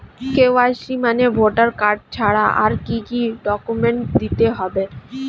KYC মানে voter card ছাড়া আর কি কি ডকুমেন্ট দিতে হবে?